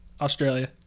Australia